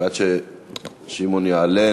ועד ששמעון יעלה,